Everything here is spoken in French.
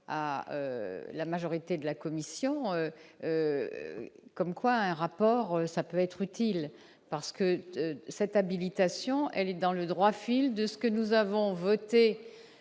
à la majorité de la commission comme quoi un rapport, ça peut être utile parce que cette habilitation, elle est dans le droit fil de ce que nous avons voté